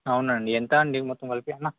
అవునండి ఎంత అండి మొత్తం కలిపినా